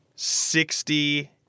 Sixty